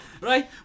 Right